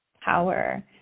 power